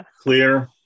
Clear